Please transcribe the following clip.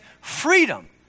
freedom